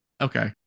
Okay